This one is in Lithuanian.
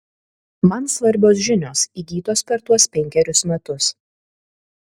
man svarbios žinios įgytos per tuos penkerius metus